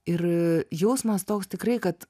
ir jausmas toks tikrai kad